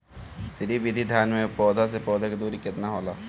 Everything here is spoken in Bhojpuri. श्री विधि धान में पौधे से पौधे के दुरी केतना होला?